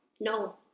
no